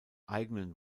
eigenen